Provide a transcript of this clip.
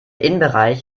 innenbereich